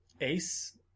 ace